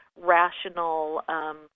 rational